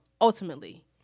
ultimately